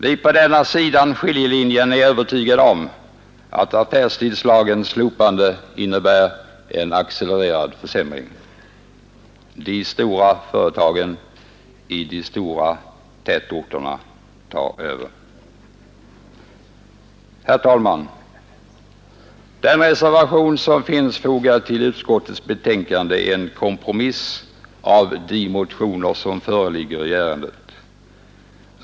Vi på denna sidan skiljelinjen är övertygade om att affärstidslagens slopande innebär en accelererande försämring. De stora företagen i de stora tätorterna tar över. Herr talman! Den reservation som finns fogad till utskottets betänkande är en kompromiss av de motioner som föreligger i ärendet.